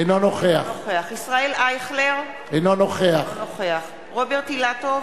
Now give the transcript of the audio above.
אינו נוכח ישראל אייכלר, אינו נוכח רוברט אילטוב,